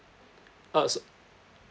uh s~